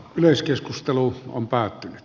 yleiskeskustelu on päättynyt